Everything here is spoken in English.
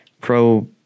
Pro